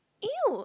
!eww!